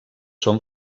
són